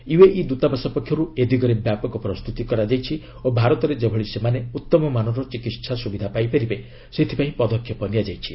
UAE ଦୂତାବାସ ପକ୍ଷରୁ ଏ ଦିଗରେ ବ୍ୟାପକ ପ୍ରସ୍ତୁତି କରାଯାଇଛି ଓ ଭାରତରେ ଯେଭଳି ସେମାନେ ଉତ୍ତମମାନର ଚିକିତ୍ସା ସୁବିଧା ପାଇପାରିବେ ସେଥିପାଇଁ ପଦକ୍ଷେପ ନିଆଯାଇଛି